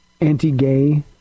anti-gay